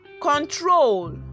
control